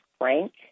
frank